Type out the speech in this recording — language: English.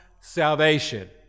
salvation